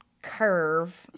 curve